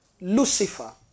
Lucifer